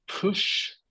push